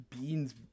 beans